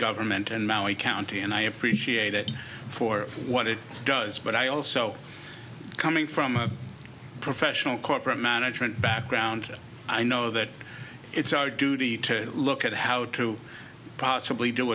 government and now a county and i appreciate it for what it does but i also coming from a professional corporate management background i know that it's our duty to look at how to possibly do